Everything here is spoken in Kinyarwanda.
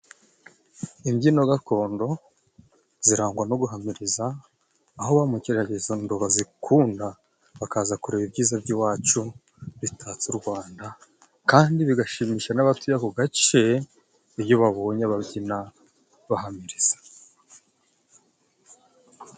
Imbyino gakondo zirangwa no guhamiriza, aho bamukerarugendo bazikunda bakaza kureba ibyiza by'iwacu bitatse u Rwanda kandi bigashimisha n'abatuye ako gace, iyo babonye ababyina bahamiriza.